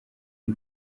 y’u